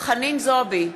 חנין זועבי,